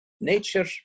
nature